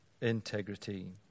integrity